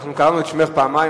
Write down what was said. לא נמצאת.